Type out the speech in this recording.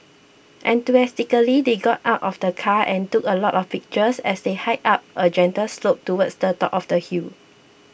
enthusiastically they got out of the car and took a lot of pictures as they hiked up a gentle slope towards the top of the hill